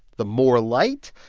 the more light,